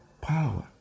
power